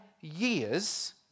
years